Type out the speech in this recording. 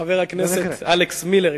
חבר הכנסת אלכס מילר.